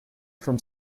from